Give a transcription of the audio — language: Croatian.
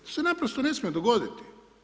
To se naprosto ne smije dogoditi.